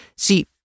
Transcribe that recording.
See